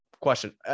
question